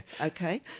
Okay